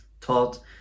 taught